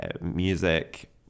music